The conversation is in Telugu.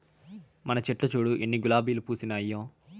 మన చెట్లు చూడు ఎన్ని గులాబీలు పూసినాయో